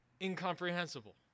incomprehensible